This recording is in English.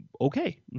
okay